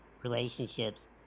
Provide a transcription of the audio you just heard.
relationships